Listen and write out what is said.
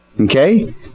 Okay